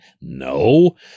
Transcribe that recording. No